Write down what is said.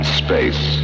space